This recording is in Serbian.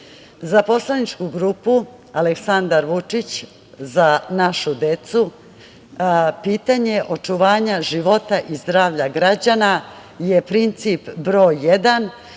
za poslaničku grupu Aleksandar Vučić – Za našu decu, pitanje očuvanja života i zdravlja građana, je princip broj jedan,